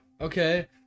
Okay